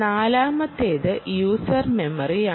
നാലാമത്തേത് യൂസർ മെമ്മറിയാണ്